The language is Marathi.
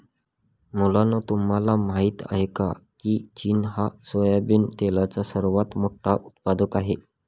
मुलांनो तुम्हाला माहित आहे का, की चीन हा सोयाबिन तेलाचा सर्वात मोठा उत्पादक आहे